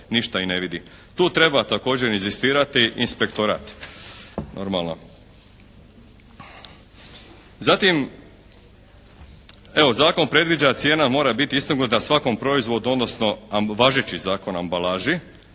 Tu treba također inzistirati inspektorat. Zatim, evo zakon predviđa cijena mora biti istogledna svakom proizvodu odnosno važeći Zakon o ambalaži